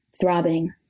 Throbbing